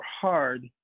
hard